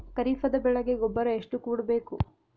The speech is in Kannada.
ಖರೀಪದ ಬೆಳೆಗೆ ಗೊಬ್ಬರ ಎಷ್ಟು ಕೂಡಬೇಕು?